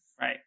Right